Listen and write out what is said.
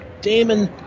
Damon